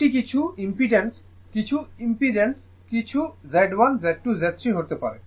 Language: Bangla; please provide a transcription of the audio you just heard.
এটি কিছু ইমপিড্যান্স কিছু ইমপিড্যান্স কিছু Z1 Z2 Z3 হতে পারে